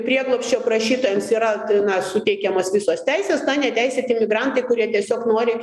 prieglobsčio prašytojams yra na suteikiamos visos teisės neteisėti migrantai kurie tiesiog nori